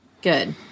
Good